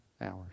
hours